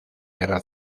guerra